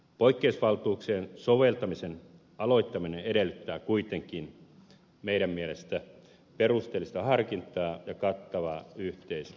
poikkeusvaltuuksien soveltamisen aloittaminen edellyttää kuitenkin meidän mielestämme perusteellista harkintaa ja kattavaa yhteisymmärrystä